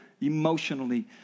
emotionally